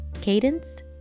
Cadence